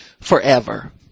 forever